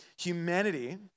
humanity